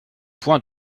point